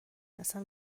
اصلا